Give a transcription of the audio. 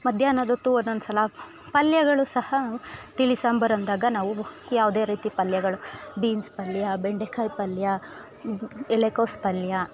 ಮಧ್ಯಾಹ್ನದೊತ್ತು ಒಂದೊಂದು ಸಲ ಪಲ್ಯಗಳು ಸಹ ತಿಳಿ ಸಾಂಬಾರಂದಾಗ ನಾವು ಯಾವುದೇ ರೀತಿ ಪಲ್ಯಗಳು ಬೀನ್ಸ್ ಪಲ್ಯ ಬೆಂಡೆಕಾಯಿ ಪಲ್ಯ ಎಲೆಕೋಸು ಪಲ್ಯ